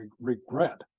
regret